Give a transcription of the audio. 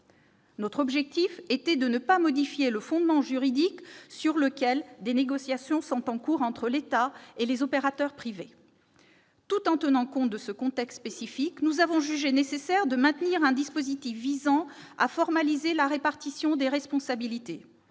Notre objectif était de ne pas modifier le fondement juridique sur lequel des négociations sont en cours entre l'État et les opérateurs privés. Tout en tenant compte de ce contexte spécifique, nous avons jugé nécessaire de maintenir un dispositif visant à formaliser la répartition des responsabilités.